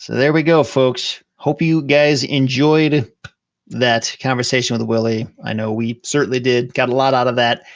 there we go folks, hope you guys enjoyed that conversation with willie, i know we certainly did. got a lot out of that.